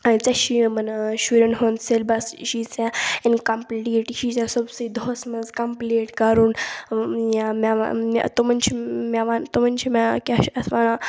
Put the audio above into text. ژےٚ چھی یِمَن شُرٮ۪ن ہُنٛد سٮ۪لبَس یہِ چھی ژےٚ اِنکَمپلیٖٹ یہِ چھی ژےٚ صُبسٕے دۄہَس منٛز کَمپٕلیٖٹ کَرُن یا مےٚ تِمَن چھِ مےٚ وَن تِمَن چھِ مےٚ کیٛاہ چھِ اَتھ وَنان